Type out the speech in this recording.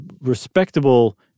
respectable